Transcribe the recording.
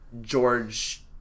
George